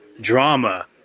drama